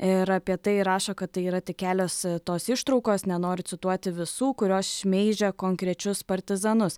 ir apie tai rašo kad tai yra tik kelios tos ištraukos nenoriu cituoti visų kurios šmeižia konkrečius partizanus